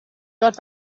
dort